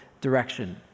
direction